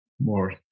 more